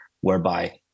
whereby